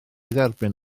dderbyn